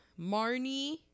Marnie